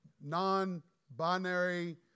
non-binary